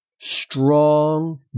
strong